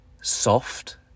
soft